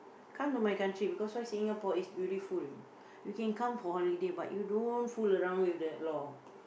come to my country because why Singapore is beautiful you can come for holiday but you don't fool around with the law